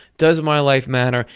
does my life matter?